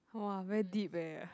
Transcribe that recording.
!wah! very deep eh